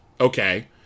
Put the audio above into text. Okay